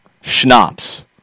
schnapps